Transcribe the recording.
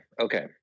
Okay